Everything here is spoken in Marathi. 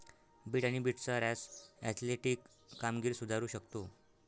बीट आणि बीटचा रस ऍथलेटिक कामगिरी सुधारू शकतो